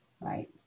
right